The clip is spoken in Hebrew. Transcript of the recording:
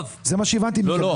לא,